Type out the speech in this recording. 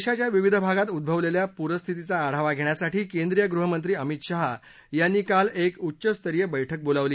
देशाच्या विविध भागात उद्ववलेल्या पूरस्थितीचा आढावा घेण्यासाठी केंद्रीय गृहमंत्री अमित शहा यांनी काल एक उच्चस्तरीय बैठक बोलावली